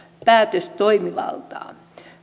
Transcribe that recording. päätöstoimivaltaa